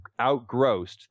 outgrossed